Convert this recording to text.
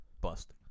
Bust